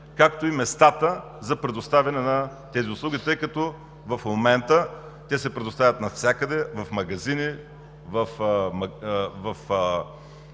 както и местата за предоставяне на тези услуги, тъй като в момента те се предоставят навсякъде – в магазини, в малки